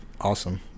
awesome